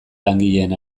langileen